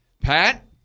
Pat